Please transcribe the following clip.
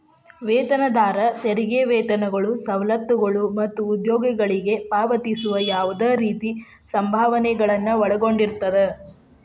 ವೇತನದಾರ ತೆರಿಗೆ ವೇತನಗಳು ಸವಲತ್ತುಗಳು ಮತ್ತ ಉದ್ಯೋಗಿಗಳಿಗೆ ಪಾವತಿಸುವ ಯಾವ್ದ್ ರೇತಿ ಸಂಭಾವನೆಗಳನ್ನ ಒಳಗೊಂಡಿರ್ತದ